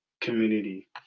community